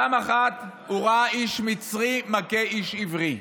פעם אחת הוא ראה איש מצרי מכה איש עברי,